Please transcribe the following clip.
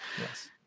Yes